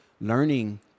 learning